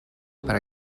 per